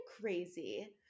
crazy